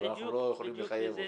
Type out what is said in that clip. אבל אנחנו לא יכולים לחייב אותו.